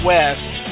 West